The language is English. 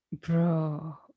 Bro